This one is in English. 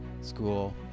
school